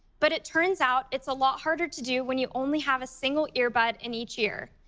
but it turns out it's a lot harder to do when you only have a single earbud in each ear.